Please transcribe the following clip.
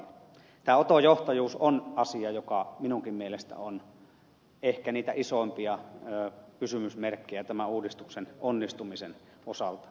tämä oto johtajuus on asia joka minunkin mielestäni on ehkä niitä isoimpia kysymysmerkkejä tämän uudistuksen onnistumisen osalta